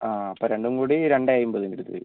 ആ അപ്പോൾ രണ്ടും കൂടി രണ്ട് അയിമ്പതിൻ്റെ അടുത്ത് വരും